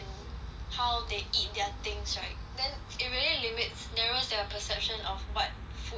how they eat their things right then it really limits narrows their perception of what food